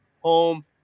Home